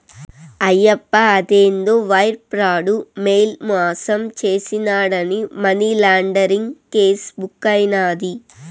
ఆయప్ప అదేందో wire fraud, mail మాసం చేసినాడాని మనీలాండరీంగ్ కేసు బుక్కైనాది